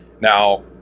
Now